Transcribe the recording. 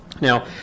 Now